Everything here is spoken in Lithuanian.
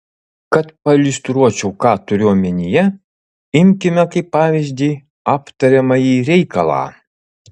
kad pailiustruočiau ką turiu omenyje imkime kaip pavyzdį aptariamąjį reikalą